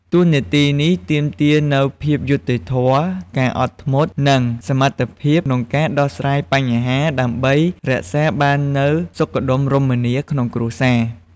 តួនាទីនេះទាមទារនូវភាពយុត្តិធម៌ ការអត់ធ្មត់ និងសមត្ថភាពក្នុងការដោះស្រាយបញ្ហាដើម្បីរក្សាបាននូវសុខដុមរមនាក្នុងគ្រួសារ។